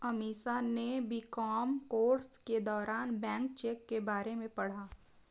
अमीषा ने BCom course के दौरान बैंक चेक के बारे में पढ़ा